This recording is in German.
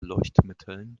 leuchtmitteln